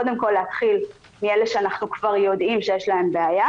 קודם כל להתחיל מאלה שאנחנו כבר יודעים שיש להם בעיה,